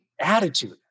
attitude